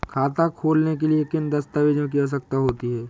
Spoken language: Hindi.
खाता खोलने के लिए किन दस्तावेजों की आवश्यकता होती है?